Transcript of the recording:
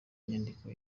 nyandiko